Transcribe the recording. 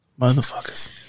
Motherfuckers